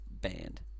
band